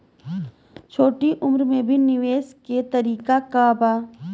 छोटी उम्र में भी निवेश के तरीका क बा?